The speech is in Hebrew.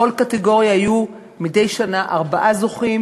בכל קטגוריה יהיו מדי שנה ארבעה זוכים.